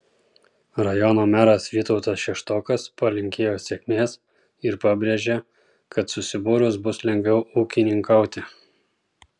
rajono meras vytautas šeštokas palinkėjo sėkmės ir pabrėžė kad susibūrus bus lengviau ūkininkauti